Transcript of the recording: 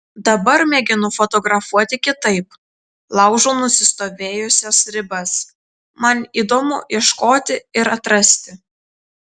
dabar mėginu fotografuoti kitaip laužau nusistovėjusias ribas man įdomu ieškoti ir atrasti